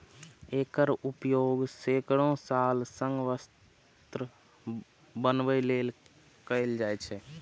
एकर उपयोग सैकड़ो साल सं वस्त्र बनबै लेल कैल जाए छै